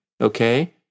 okay